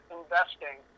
investing